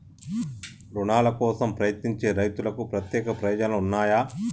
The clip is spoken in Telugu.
రుణాల కోసం ప్రయత్నించే రైతులకు ప్రత్యేక ప్రయోజనాలు ఉన్నయా?